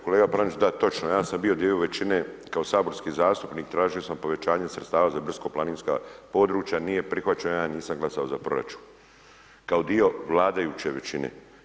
Kolega Pranić, da točno, ja sam bio dio većine kao saborski zastupnik i tražio sam povećanje sredstva za brdsko planinska područja, nije prihvaćeno ja nisam glasao za proračun, kao dio vladajuće većine.